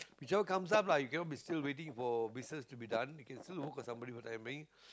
whichever comes up lah if you want to be still waiting for business to be done you can still work for somebody for the time being